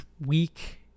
week